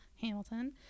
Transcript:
Hamilton